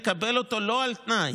נקבל אותו לא על תנאי.